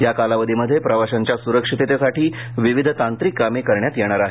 या कालावधीमध्ये प्रवाशांच्या सुरक्षिततेसाठी विविध तांत्रिक कामे करण्यात येणार आहेत